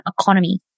economy